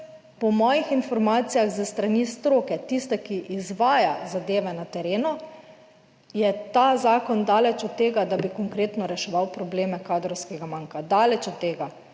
po mojih informacijah, s strani stroke, tiste, ki izvaja zadeve na terenu, je ta zakon daleč od tega, da bi konkretno reševal probleme kadrovskega manjka,